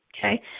Okay